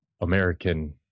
american